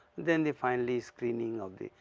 then the, finally, screening of the,